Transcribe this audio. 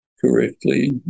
correctly